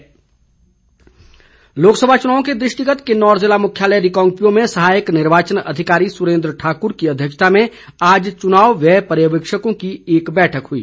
पर्यवेक्षक बैठक लोकसभा चुनाव के दृष्टिगत किन्नौर जिला मुख्यालय रिकांगपिओ में सहायक निर्वाचन अधिकारी सुरेन्द्र ठाक्र की अध्यक्षता में आज चुनाव व्यय पर्यवेक्षकों की एक बैठक हुई